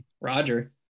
Roger